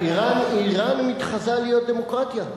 ועדיין אירן מתחזה להיות דמוקרטיה,